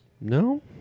No